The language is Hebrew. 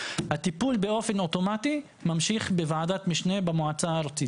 הטיפול באופן אוטומטי ממשיך בוועדת משנה במועצה הארצית.